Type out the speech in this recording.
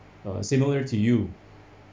uh similar to you